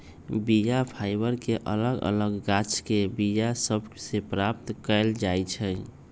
बीया फाइबर के अलग अलग गाछके बीया सभ से प्राप्त कएल जाइ छइ